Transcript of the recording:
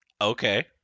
Okay